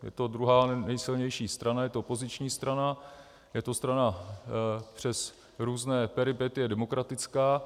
Je to druhá nejsilnější strana, je to opoziční strana, je to strana přes různé peripetie demokratická.